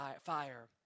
fire